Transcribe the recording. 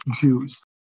Jews